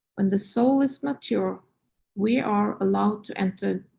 when the soul is mature we are allowed to enter.